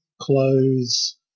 clothes